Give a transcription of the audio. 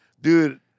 Dude